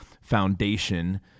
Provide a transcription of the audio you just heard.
foundation